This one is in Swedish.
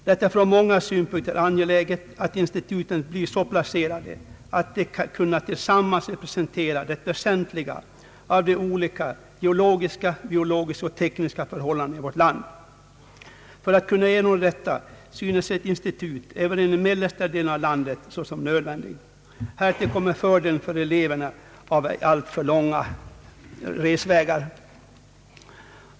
Det är från många synpunkter angeläget att instituten blir så placerade att de tillsammans kan representera det väsentligaste av de olika geologiska, biologiska och tekniska förhållandena i vårt land. För att ernå detta synes ett institut även i den mellersta delen av landet vara nödvändigt. Härtill kommer fördelen för eleverna av ej alltför långa resvägar.